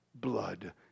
blood